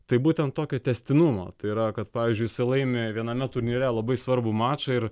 tai būtent tokio tęstinumo tai yra kad pavyzdžiui jisai laimi viename turnyre labai svarbų mačą ir